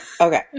Okay